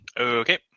Okay